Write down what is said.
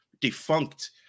defunct